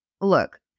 Look